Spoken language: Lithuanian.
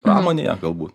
pramonėje galbūt